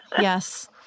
Yes